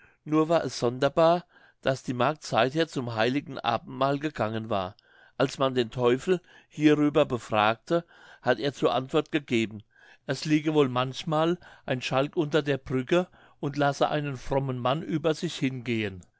nun war es sonderbar daß die magd seither zum heiligen abendmahl gegangen war als man den teufel hierüber befragte hat er zur antwort gegeben es liege wohl manchmal ein schalk unter der brücke und lasse einen frommen mann über sich hingehen